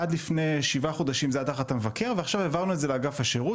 עד לפני שבעה חודשים זה היה תחת המבקר ועכשיו העברנו את זה לאגף השירות,